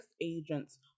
agents